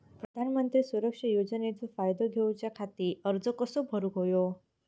प्रधानमंत्री सुरक्षा योजनेचो फायदो घेऊच्या खाती अर्ज कसो भरुक होयो?